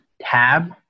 tab